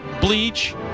bleach